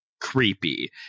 creepy